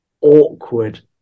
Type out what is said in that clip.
awkward